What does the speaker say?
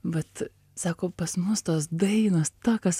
vat sako pas mus tos dainos tokios